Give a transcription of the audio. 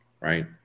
right